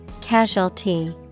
Casualty